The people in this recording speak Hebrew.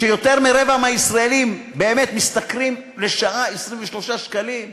כשיותר מרבע מהישראלים באמת משתכרים 23 שקלים לשעה,